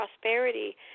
prosperity